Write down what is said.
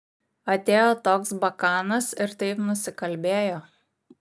atėjo toks bakanas ir taip nusikalbėjo